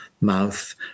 mouth